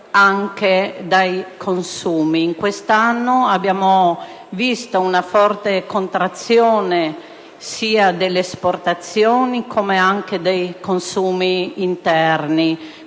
anche dai consumi. Quest'anno abbiamo visto una forte contrazione sia delle esportazioni che dei consumi interni.